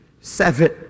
seven